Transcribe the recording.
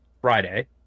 Friday